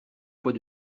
fois